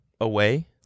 away